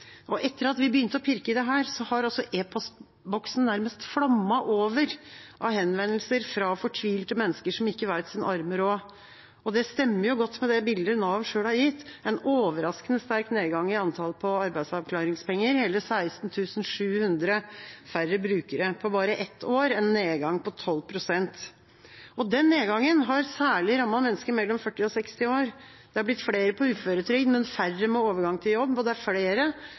Etter at vi begynte å pirke i dette, har e-postboksen nærmest flommet over av henvendelser fra fortvilte mennesker som ikke vet sin arme råd, og det stemmer jo godt med det bildet Nav selv har gitt: en overaskende sterk nedgang i antallet på arbeidsavklaringspenger – hele 16 700 færre brukere på bare ett år, en nedgang på 12 pst. Den nedgangen har særlig rammet mennesker på mellom 40 og 60 år. Det har blitt flere på uføretrygd, men færre med overgang til jobb, og det er flere